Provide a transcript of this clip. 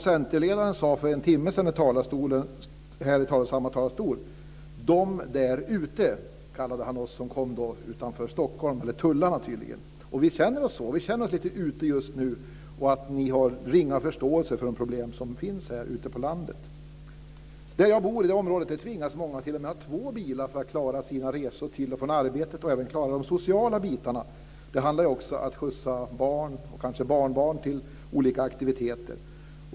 Centerledaren kallade oss som kommer från utanför tullarna för en timma sedan i samma talarstol för "de där ute". Vi känner oss lite ute just nu. Ni har ringa förståelse för de problem som finns ute på landet. I det område jag bor i tvingas många att ha t.o.m. två bilar för att klara sina resor till och från arbetet och de sociala bitarna. Det handlar om att skjutsa barn, kanske barnbarn, till olika aktiviteter.